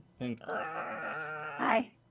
Hi